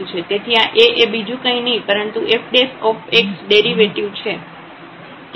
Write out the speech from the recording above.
તેથી આ A એ બીજું કંઈ નહીં પરંતુ f ડેરિવેટિવ છે